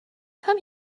come